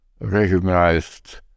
recognized